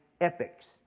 epics